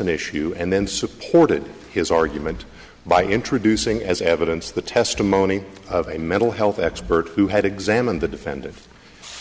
an issue and then supported his argument by introducing as evidence the testimony of a mental health expert who had examined the defendant